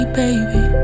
baby